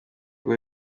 rwo